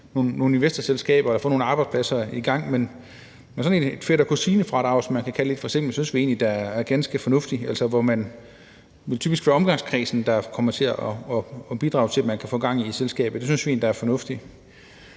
nogle investorselskaber og nogle arbejdspladser i gang. Så sådan et fætter-kusine-fradrag, som man sådan lidt forsimplet kan kalde det, synes vi egentlig er ganske fornuftigt, altså hvor det typisk er nogle i ens omgangskreds, der kommer til at bidrage til, at man kan få gang i selskabet. Det synes vi egentlig der er fornuft i.